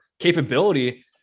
capability